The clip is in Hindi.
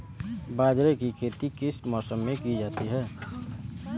बाजरे की खेती किस मौसम में की जाती है?